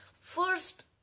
first